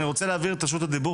אני רוצה להעביר את רשות הדיבור